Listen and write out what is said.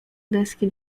deski